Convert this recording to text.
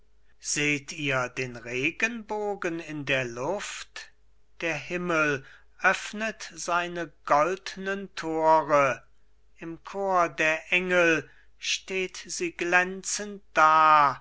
seht ihr den regenbogen in der luft der himmel öffnet seine goldnen tore im chor der engel steht sie glänzend da